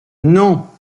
non